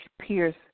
pierce